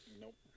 Nope